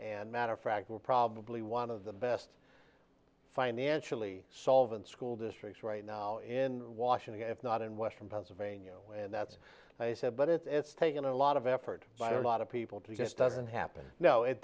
and matter of fact we're probably one of the best financially solvent school districts right now in washington if not in western pennsylvania and that's what i said but it's taken a lot of effort by the lot of people to just doesn't happen no it